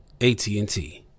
AT&T